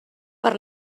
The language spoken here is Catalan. per